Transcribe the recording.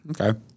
Okay